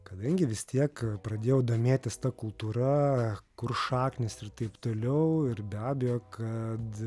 kadangi vis tiek pradėjau domėtis ta kultūra kur šaknys ir taip toliau ir be abejo kad